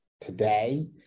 today